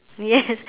yes